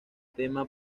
tema